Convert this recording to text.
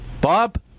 Bob